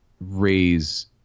raise